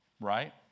right